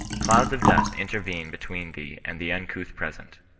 clouds of dust intervene between thee and the uncouth present.